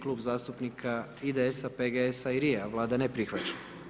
Klub zastupnika IDS-a, PGS-a i LRI-a, Vlada ne prihvaća.